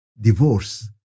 divorce